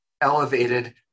elevated